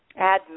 admin